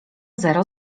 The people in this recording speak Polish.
zero